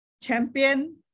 champion